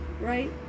Right